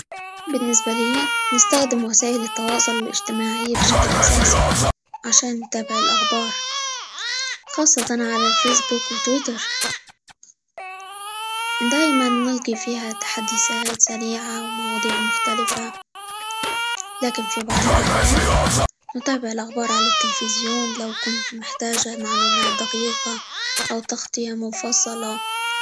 بالنسبة ليا نستخدم وسائل التواصل الإجتماعي بشكل أساسي؛ عشان نتابع الأخبار، خاصة على الفيسبوك، وتويتر، دايمًا نلقي فيها تحديثات سريعة، ومواضيع مختلفة، لكن في بعض الأحيان نتابع الأخبار على التلفزيون؛ لو كنت محتاجة معلومات دقيقة، أو تغطية منفصلة.